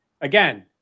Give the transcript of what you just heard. Again